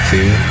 Fear